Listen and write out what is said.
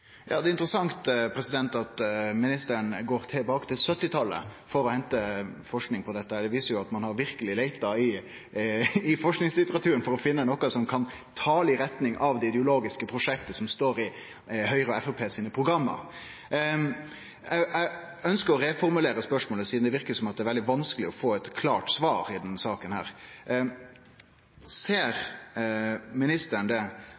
Det er interessant at ministeren går tilbake til 1970-tallet for å hente forsking på dette. Det viser jo at ein verkeleg har leita i forskingslitteraturen for å finne noko som kan tale i retning av det ideologiske prosjektet som står i Høgre og Framstegspartiet sine program. Eg ønskjer å reformulere spørsmålet sidan det verkar som at det er veldig vanskeleg å få eit klart svar i denne saka: Ser ministeren at det